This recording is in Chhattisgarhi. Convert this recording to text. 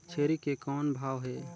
छेरी के कौन भाव हे?